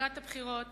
לקראת הבחירות,